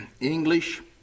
English